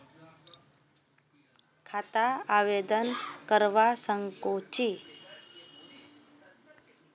खाता आवेदन करवा संकोची?